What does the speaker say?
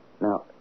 Now